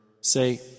Say